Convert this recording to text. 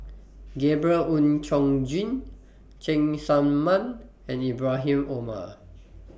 Gabriel Oon Chong Jin Cheng Tsang Man and Ibrahim Omar